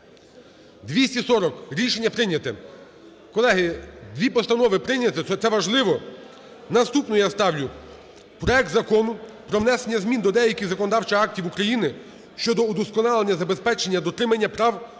За-240 Рішення прийняте. Колеги, дві постанови прийняті, це важливо. Наступний я ставлю – проект Закону про внесення змін до деяких законодавчих актів України щодо удосконалення забезпечення дотримання прав